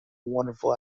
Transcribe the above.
wonderful